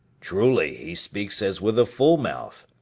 truly, he speaks as with a full mouth.